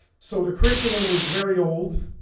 so the curriculum was very old.